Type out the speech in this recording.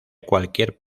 cualquier